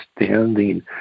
understanding